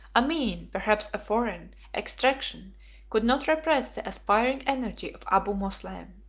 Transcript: a mean, perhaps a foreign, extraction could not repress the aspiring energy of abu moslem.